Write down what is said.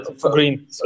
green